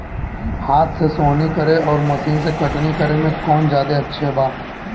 हाथ से सोहनी करे आउर मशीन से कटनी करे मे कौन जादे अच्छा बा?